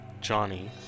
johnny